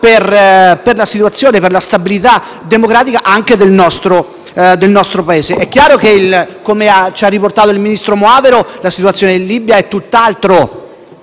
per la situazione e la stabilità democratica anche del nostro Paese. È chiaro che, come ha riportato il ministro Moavero Milanesi, la situazione in Libia è tutt'altro